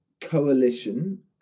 coalition